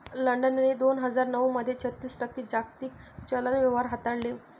लंडनने दोन हजार नऊ मध्ये छत्तीस टक्के जागतिक चलन व्यवहार हाताळले